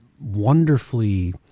wonderfully